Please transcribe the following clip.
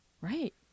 Right